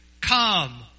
come